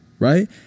right